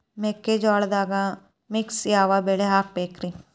ಮೆಕ್ಕಿಜೋಳದಾಗಾ ಮಿಕ್ಸ್ ಯಾವ ಬೆಳಿ ಹಾಕಬೇಕ್ರಿ?